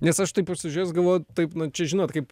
nes aš taip pasižiūrėjęs galvoju taip nu čia žinot kaip